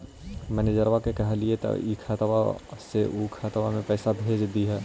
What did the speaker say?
मैनेजरवा के कहलिऐ तौ ई खतवा से ऊ खातवा पर भेज देहै?